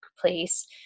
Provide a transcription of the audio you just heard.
place